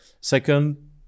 Second